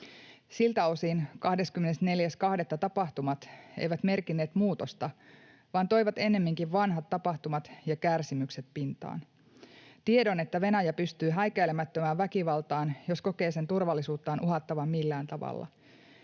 Siltä osin 24.2. tapahtumat eivät merkinneet muutosta vaan toivat ennemminkin vanhat tapahtumat ja kärsimykset pintaan: tiedon, että Venäjä pystyy häikäilemättömään väkivaltaan, jos kokee sen turvallisuutta uhattavan millään tavalla,